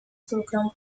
program